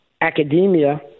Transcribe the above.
academia